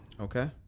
Okay